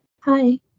Hi